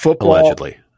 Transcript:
Allegedly